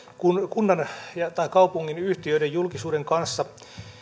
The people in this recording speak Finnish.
kunnan tai kaupungin yhtiöiden julkisuuden kanssa